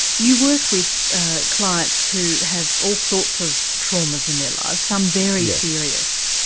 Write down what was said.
you work with clients who have all sorts of traumas in their lives, some very serious.